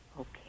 Okay